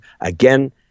again